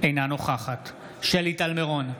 אינה נוכחת שלי טל מירון,